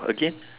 again